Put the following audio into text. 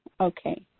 Okay